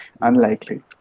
unlikely